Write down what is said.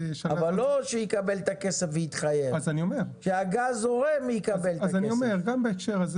אבל לא שיקבל את הכסף ויתחייב --- גם בהקשר הזה